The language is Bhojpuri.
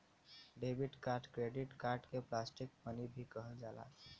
डेबिट कार्ड क्रेडिट कार्ड के प्लास्टिक मनी भी कहल जाला